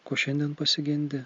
ko šiandien pasigendi